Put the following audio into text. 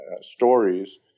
stories